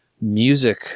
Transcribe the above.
music